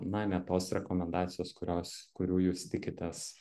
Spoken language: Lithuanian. na ne tos rekomendacijos kurios kurių jūs tikitės